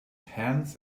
hands